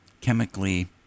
chemically